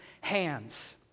hands